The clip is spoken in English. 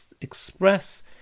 express